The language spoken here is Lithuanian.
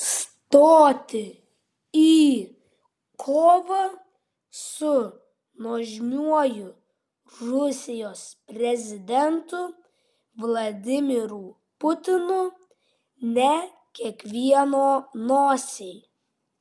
stoti į kovą su nuožmiuoju rusijos prezidentu vladimiru putinu ne kiekvieno nosiai